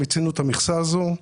מיצינו את המכסה הזו.